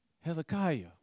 Hezekiah